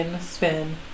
spin